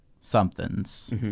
something's